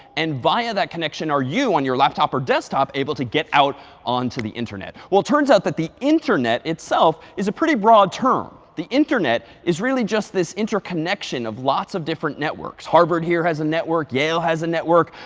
and via that connection are you on your laptop or desktop able to get out onto the internet. well it turns out that the internet itself is a pretty broad term. the internet is really just this interconnection of lots of different networks. harvard here has a network. yale has a network.